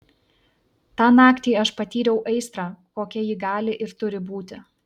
tą naktį aš patyriau aistrą kokia ji gali ir turi būti